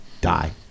die